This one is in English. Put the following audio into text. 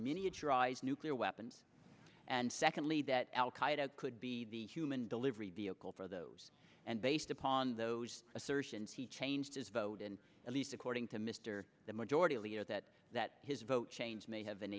eyes nuclear weapons and secondly that al qaeda could be the human delivery vehicle for those and based upon those assertions he changed his vote and at least according to mr the majority leader that that his vote changed may have